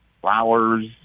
flowers